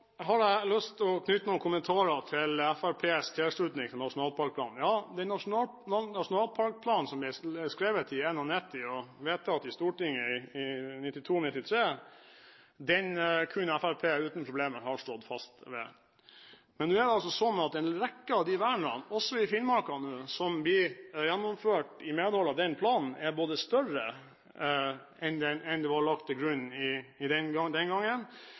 har jeg lyst til å knytte noen kommentarer til Fremskrittspartiets tilslutning til nasjonalparkplanen. Den nasjonalparkplanen – som er skrevet i 1991, og vedtatt i Stortinget i 1992–1993 – kunne Fremskrittspartiet uten problemer ha stått fast ved. Men nå er det slik at en rekke av de vernene, også i Finnmark, som blir gjennomført i medhold av den planen, er både større enn det som var lagt til grunn den gangen,